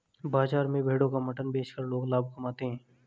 बाजार में भेड़ों का मटन बेचकर लोग लाभ कमाते है